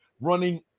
running